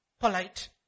polite